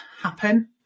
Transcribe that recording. happen